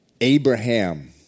Abraham